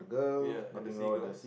ya at the sea ground